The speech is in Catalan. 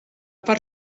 part